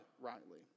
rightly